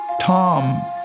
Tom